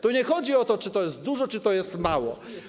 Tu nie chodzi o to, czy to jest dużo, czy to jest mało.